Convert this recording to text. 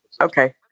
okay